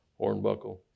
Hornbuckle